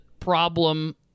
problem